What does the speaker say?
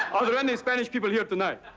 are there any spanish people here tonight?